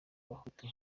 bahutu